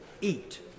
eat